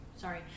sorry